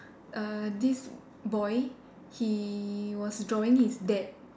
uh this boy he was drawing his dad